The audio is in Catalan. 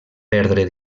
perdre